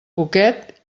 poquet